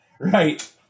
right